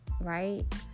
right